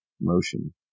motion